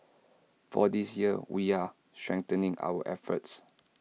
for this year we're strengthening our efforts